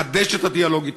מחדש את הדיאלוג אתה,